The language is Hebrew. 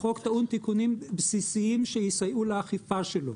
החוק טעון תיקונים בסיסיים שיסייעו לאכיפה שלו,